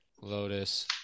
Lotus